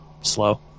slow